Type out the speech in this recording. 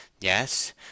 yes